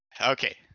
Okay